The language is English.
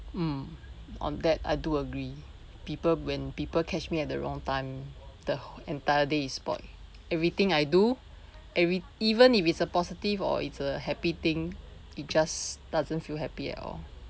mm on that I do agree people when people catch me at the wrong time the entire day is spoil everything I do every even if it's a positive or it's a happy thing it just doesn't feel happy at all